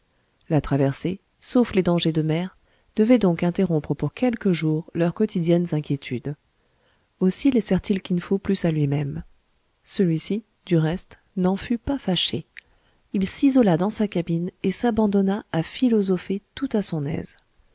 la traversée sauf les dangers de mer devait donc interrompre pour quelques jours leurs quotidiennes inquiétudes aussi laissèrent ils kin fo plus à luimême celui-ci du reste n'en fut pas fâché il s'isola dans sa cabine et s'abandonna à philosopher tout à son aise